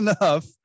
enough